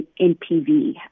NPV